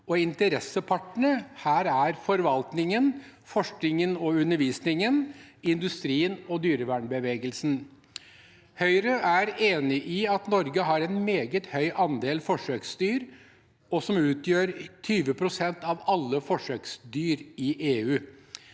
interessepartene er forvaltningen, forskningen og undervisningen, industrien og dyrevernbevegelsen. Høyre er enig i at Norge har en meget høy andel forsøksdyr, som utgjør 20 pst. av alle forsøksdyr i EU.